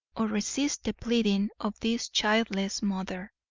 or resist the pleading, of this childless mother.